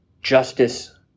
justice